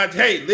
hey